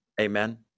Amen